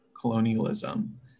colonialism